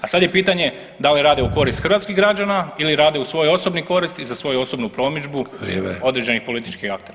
A sad je pitanje da li rade u korist hrvatskih građana ili rade u svoju osobnu korist i za svoju osobnu promidžbu određenih političkih aktera.